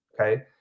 okay